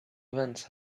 events